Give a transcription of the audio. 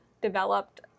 developed